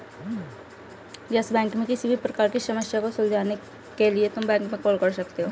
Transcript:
yes bank में किसी भी प्रकार की समस्या को सुलझाने के लिए तुम बैंक में कॉल कर सकते हो